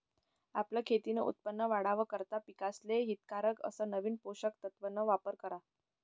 आपलं खेतीन उत्पन वाढावा करता पिकेसले हितकारक अस नवीन पोषक तत्वन वापर करा